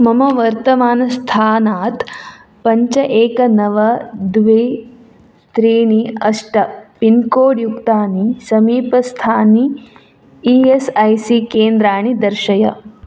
मम वर्तमानस्थानात् पञ्च एकं नव द्वे त्रीणि अष्ट पिन्कोड् युक्तानि समीपस्थानि ई एस् ऐ सी केन्द्राणि दर्शय